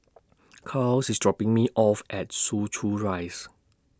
Charls IS dropping Me off At Soo Chow Rise